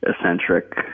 eccentric